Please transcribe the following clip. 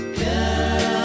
girl